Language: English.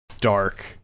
dark